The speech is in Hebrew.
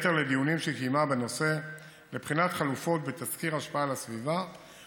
ילדים, בעלי חיים, כל הדברים שאנחנו בעדם.